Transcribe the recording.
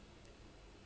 ya